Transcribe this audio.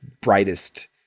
brightest